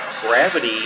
gravity